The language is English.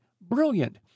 brilliant